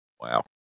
Wow